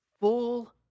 Full